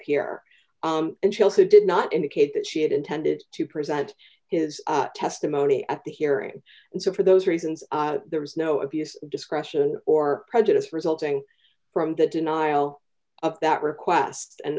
appear and she also did not indicate that she had intended to present his testimony at the hearing and so for those reasons there was no abuse of discretion or prejudice resulting from the denial of that request and